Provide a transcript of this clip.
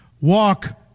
walk